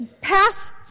pass